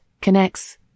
connects